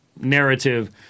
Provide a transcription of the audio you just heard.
narrative